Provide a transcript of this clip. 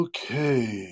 Okay